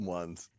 ones